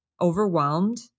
overwhelmed